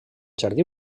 jardí